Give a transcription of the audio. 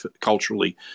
culturally